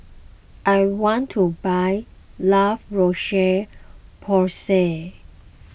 I want to buy La Roche Porsay